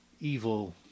evil